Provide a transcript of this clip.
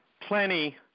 plenty